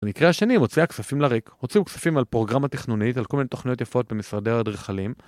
במקרה השני הוציאה כספים לריק, הוציאו כספים על פורגרמה טכנונית, על כל מיני תוכניות יפות במשרדי האדריכלים